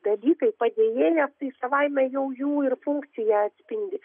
dalykai padėjėjas tai savaime jau jų ir funkciją atspindi